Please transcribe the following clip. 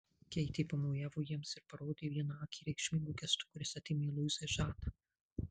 keitė pamojavo jiems ir parodė vieną akį reikšmingu gestu kuris atėmė luizai žadą